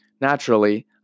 Naturally